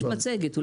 יש מצגת.